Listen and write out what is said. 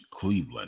Cleveland